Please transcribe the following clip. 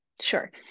Sure